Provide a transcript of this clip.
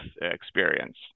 experience